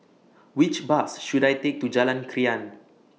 Which Bus should I Take to Jalan Krian